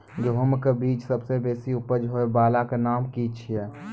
गेहूँमक बीज सबसे बेसी उपज होय वालाक नाम की छियै?